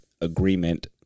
agreement